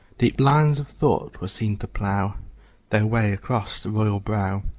deep lines of thought were seen to plow their way across the royal brow.